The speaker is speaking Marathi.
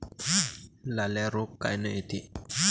लाल्या रोग कायनं येते?